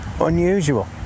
unusual